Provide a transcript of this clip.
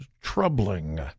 troubling